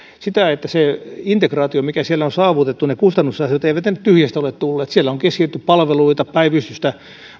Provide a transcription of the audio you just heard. se in tegraatio mikä siellä on saavutettu ne kustannussäästöt eivät ne tyhjästä ole tulleet siellä on keskitetty palveluita päivystystä